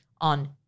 on